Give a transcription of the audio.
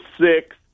six